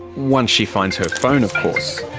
once she finds her phone of course.